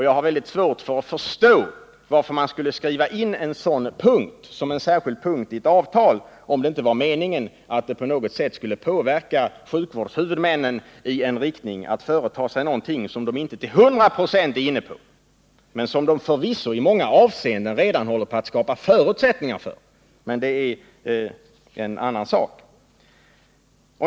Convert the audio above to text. Jag har väldigt svårt att förstå varför man skulle särskilt skriva in en sådan punkt i ett avtal, om det inte vore meningen att på något sätt påverka sjukvårdshuvudmännen till att företa sig någonting som de inte till 100 96 är inne på, men som de förvisso i många avseenden redan håller på att skapa förutsättningar för. Men det är en annan sak.